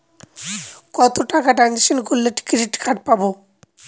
কত টাকা ট্রানজেকশন করলে ক্রেডিট কার্ড পাবো?